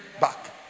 back